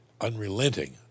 unrelenting